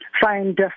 find